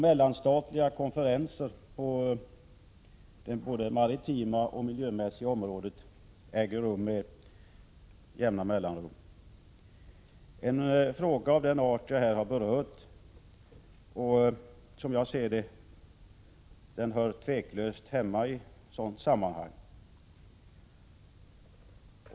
Mellanstatliga konferenser på både det maritima och det miljömässiga området äger ju rum med jämna mellanrum. En fråga av den art som jag här berört hör, som jag ser det, tveklöst hemma i sådant sammanhang.